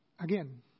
Again